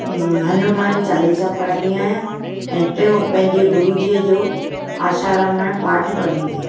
हूं हनुमान चालीसा पढ़ंदी आहियां ऐं टियो पहिंजे गुरुअ जी जो आशारामण पाठ पढ़ंदी आहिया